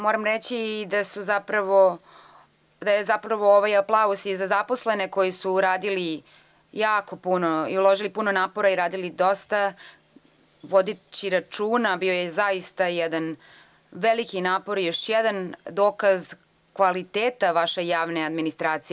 Moram reći da je zapravo ovaj aplauz za zaposlene koji su uradili jako puno i uložili puno napora, radili dosta vodeći računa, bio je zaista jedan veliki napor, još jedan dokaz kvaliteta vaše javne administracije.